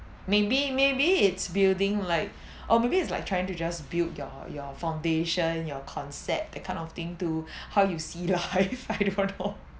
maybe maybe it's building like or maybe it's like trying to just build your your foundation your concept that kind of thing to how you see life I don't know